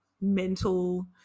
mental